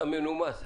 אתה מנומס.